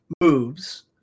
moves